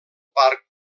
parc